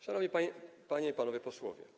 Szanowni Panie i Panowie Posłowie!